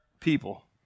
people